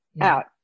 out